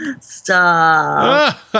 Stop